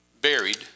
buried